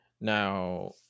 Now